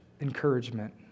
encouragement